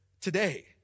today